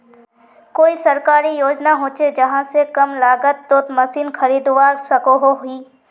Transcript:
कोई सरकारी योजना होचे जहा से कम लागत तोत मशीन खरीदवार सकोहो ही?